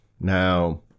now